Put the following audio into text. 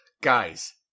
guys